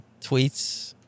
tweets